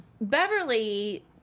Beverly